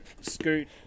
Scoot